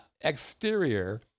exterior